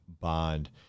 bond